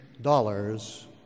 dollars